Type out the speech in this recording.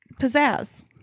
pizzazz